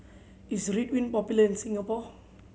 is Ridwind popular in Singapore